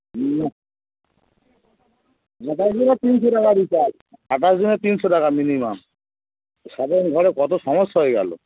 মোটামুটি তো তিনশো টাকা রিচার্জ আঠাশ দিনের তিনশো টাকা মিনিমাম সাধারণ ঘরে কতো সমস্যা হয়ে গেলো